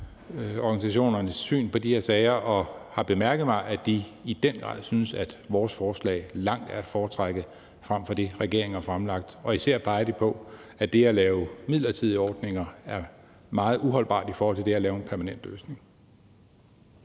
arbejdsmarkedsorganisationernes syn på de her sager og har bemærket, at de i den grad synes, at vores forslag langt er at foretrække frem for det, regeringen har fremsat, og især peger de på, at det at lave midlertidige ordninger er meget uholdbart i forhold til det at lave en permanent løsning.